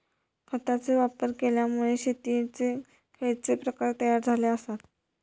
खतांचे वापर केल्यामुळे शेतीयेचे खैचे प्रकार तयार झाले आसत?